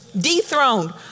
Dethroned